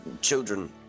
children